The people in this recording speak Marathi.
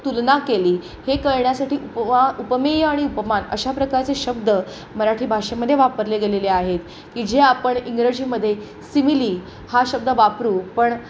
तुलना केली हे कळण्यासाठी उपमा उपमेय आणि उपमान अशा प्रकारचे शब्द मराठी भाषेमध्ये वापरले गेलेले आहेत की जे आपण इंग्रजीमध्ये सिमिली हा शब्द वापरू पण